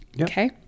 Okay